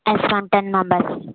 yes ma'am ten members